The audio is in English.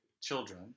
Children